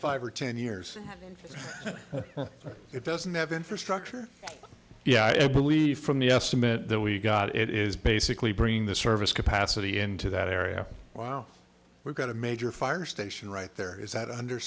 five or ten years it doesn't have infrastructure yeah i believe from the estimate that we got it is basically bringing the service capacity into that area wow we've got a major fire station right there is that under